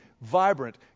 vibrant